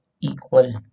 equal